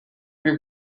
più